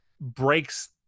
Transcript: breaks